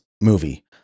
movie